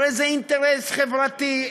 הרי זה אינטרס חברתי,